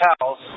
house